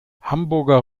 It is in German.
hamburger